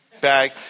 bag